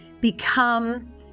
become